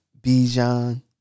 Bijan